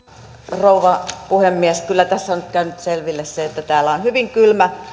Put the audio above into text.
rouva puhemies kyllä tässä on nyt käynyt selville se että täällä on hyvin kylmä